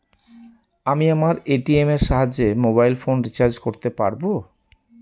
আমি আমার এ.টি.এম এর সাহায্যে মোবাইল ফোন রিচার্জ করতে পারব?